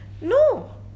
No